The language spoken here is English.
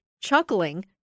chuckling